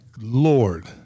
lord